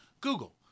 Google